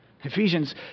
Ephesians